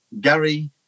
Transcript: gary